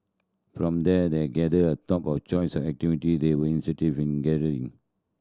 from there they gathered a top of choice activity they were in gardening